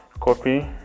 Copy